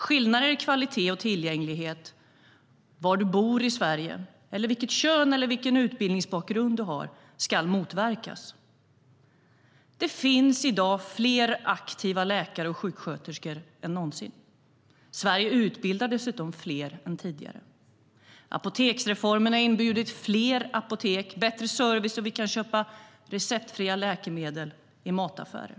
Skillnader i kvalitet och tillgänglighet beroende på var du bor i Sverige eller på vilket kön eller vilken utbildningsbakgrund du har ska motverkas. Det finns i dag fler aktiva läkare och sjuksköterskor än någonsin. Sverige utbildar dessutom fler än tidigare. Apoteksreformen har inneburit fler apotek och bättre service, och vi kan köpa receptfria läkemedel i mataffärer.